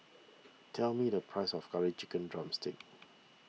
tell me the price of Curry Chicken Drumstick